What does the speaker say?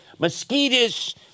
mosquitoes